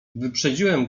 wyprzedziłem